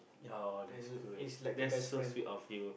yeah that's good that's so sweet of you